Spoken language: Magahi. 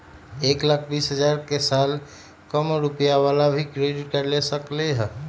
एक लाख बीस हजार के साल कम रुपयावाला भी क्रेडिट कार्ड ले सकली ह?